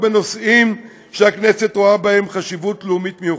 בנושאים שהכנסת רואה בהם חשיבות לאומית מיוחדת.